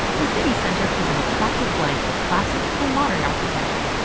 the city center is an attractive blend of classic and modern architecture,